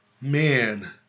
man